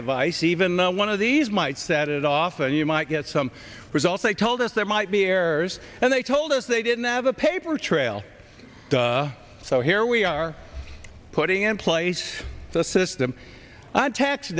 device even one of these might set it off and you might get some results they told us there might be errors and they told us they didn't have a paper trail so here we are putting in place the system on tax